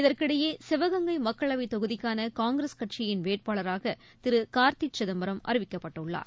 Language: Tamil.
இதற்கிடையே சிவகங்கை மக்களவைத் தொகுதிக்கான காங்கிரஸ் கட்சியின் வேட்பாளராக திரு கார்த்தி சிதம்பரம் அறிவிக்கப்பட்டுள்ளார்